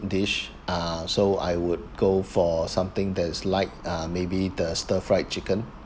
dish uh so I would go for something that is lite uh maybe the stir fry chicken